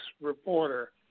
Reporter